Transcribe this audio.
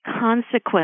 consequence